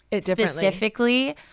specifically